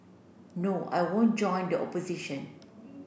no I won't join the opposition